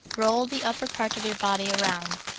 roll the upper part of your body around,